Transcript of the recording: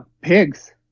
pigs